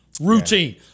Routine